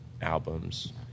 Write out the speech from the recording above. albums